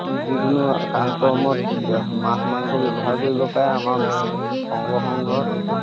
যিকোনো কাজ কৰ্মত মাছ মাংস ব্যৱহাৰ কৰিব পাৰে আমাৰ শংকৰসংঘৰ